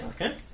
Okay